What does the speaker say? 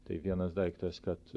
tai vienas daiktas kad